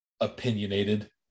opinionated